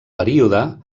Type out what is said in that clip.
període